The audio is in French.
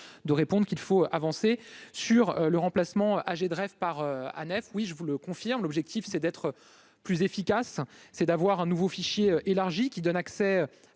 de répondre qu'il faut avancer sur le remplacement âgé de rêve par année, oui, je vous le confirme l'objectif, c'est d'être plus efficace, c'est d'avoir un nouveau fichier élargie qui donne accès